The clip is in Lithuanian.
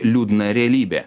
liūdna realybė